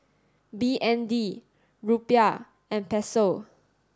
B N D Rupiah and Peso